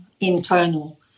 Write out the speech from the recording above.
internal